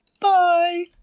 Bye